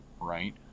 right